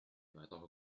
weiterer